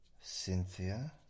Cynthia